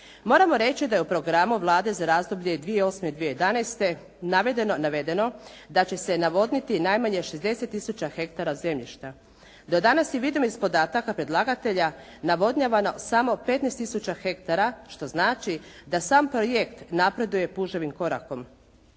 Moramo reći da je u programu Vlade za razdoblje 2008./2011. navedno da će se navodniti najmanje 60 tisuća hektara zemljišta. Do danas je vidljivo iz podataka predlagatelja, navodnjavano samo 15 tisuća hektara što znači da sam projekt napreduje puževim korakom.